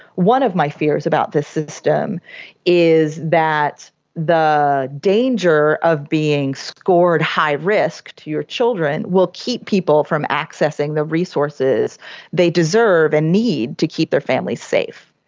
one of my fears about this system is that the danger of being scored high risk to your children will keep people from accessing the resources they deserve and need to keep their families safe.